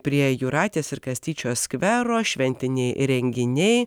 prie jūratės ir kastyčio skvero šventiniai renginiai